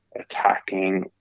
attacking